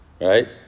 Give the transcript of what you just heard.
Right